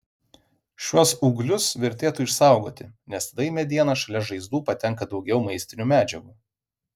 šiuos ūglius vertėtų išsaugoti nes tada į medieną šalia žaizdų patenka daugiau maistinių medžiagų